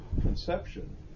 conception